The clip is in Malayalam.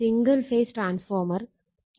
single phase transformer 0